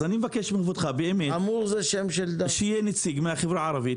אז אני מבקש מכבודך שיהיה נציג מן החברה הערבית,